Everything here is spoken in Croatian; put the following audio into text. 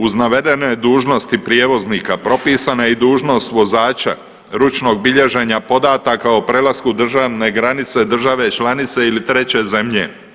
Uz navedene dužnosti prijevoznika propisana je i dužnost vozača ručnog bilježenja podataka o prelasku državne granice države članice ili treće zemlje.